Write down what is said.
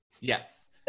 Yes